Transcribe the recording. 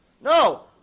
No